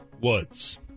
Woods